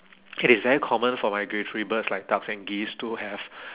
K it's very common for migratory birds like ducks and geese to have